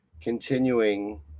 Continuing